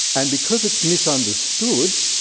and because it's misunderstood,